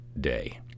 day